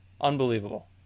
Unbelievable